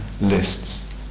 lists